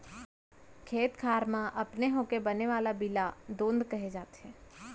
खेत खार म अपने होके बने वाला बीला दोंद कहे जाथे